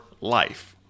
life